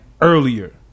earlier